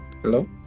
hello